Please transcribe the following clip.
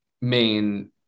main